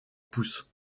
pousse